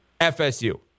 FSU